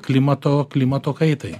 klimato klimato kaitai